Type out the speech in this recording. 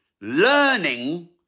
learning